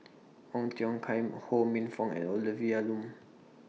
Ong Tiong Khiam Ho Minfong and Olivia Lum